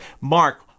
Mark